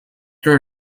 there